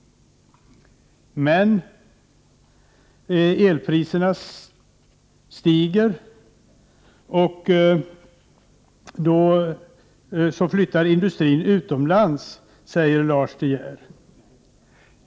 Men elpriserna stiger så industrin flyttar utomlands, säger Lars De Geer.